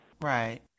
right